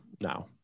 now